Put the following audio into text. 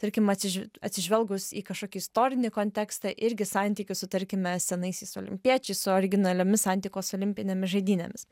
tarkim atsiž atsižvelgus į kažkokį istorinį kontekstą irgi santykius su tarkime senaisiais olimpiečiais su originaliomis antikos olimpinėmis žaidynėmis